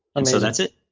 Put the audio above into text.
and so that's it.